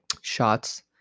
shots